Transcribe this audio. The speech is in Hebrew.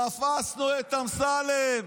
תפסנו את אמסלם.